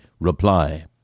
reply